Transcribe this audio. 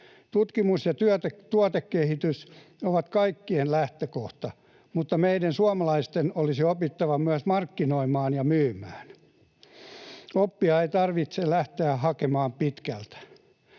Tutkimus ja tuotekehitys on kaikkien lähtökohta, mutta meidän suomalaisten olisi opittava myös markkinoimaan ja myymään. Oppia ei tarvitse lähteä hakemaan pitkältä.